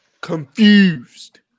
Confused